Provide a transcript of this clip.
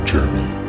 Jeremy